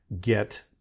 get